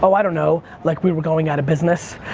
but i don't know, like we were going out of business.